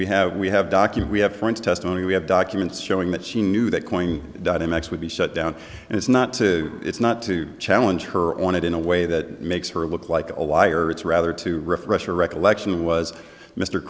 we have we have docu we have friends testimony we have documents showing that she knew that going dynamics would be shut down and it's not to it's not to challenge her on it in a way that makes her look like a liar it's rather to refresh your recollection was mr